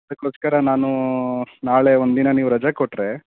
ಅದಕ್ಕೋಸ್ಕರ ನಾನು ನಾಳೆ ಒಂದು ದಿನ ನೀವು ರಜೆ ಕೊಟ್ಟರೆ